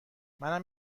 منم